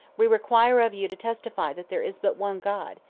we require of you to testify that there is but one god,